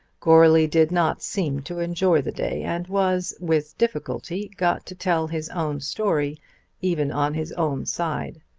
goarly did not seem to enjoy the day, and was with difficulty got to tell his own story even on his own side.